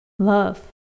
love